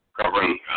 covering